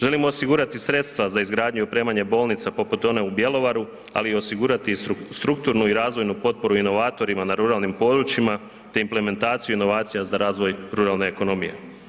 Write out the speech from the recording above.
Želimo osigurati sredstva za izgradnju i opremanje bolnica poput one u Bjelovaru, ali i osigurati strukturnu i razvojnu potporu inovatorima na ruralnim područjima te implementaciju inovacija za razvoj ruralne ekonomije.